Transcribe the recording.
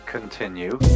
Continue